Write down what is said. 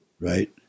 right